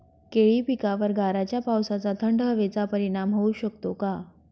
केळी पिकावर गाराच्या पावसाचा, थंड हवेचा परिणाम होऊ शकतो का?